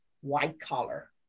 white-collar